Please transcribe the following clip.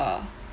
the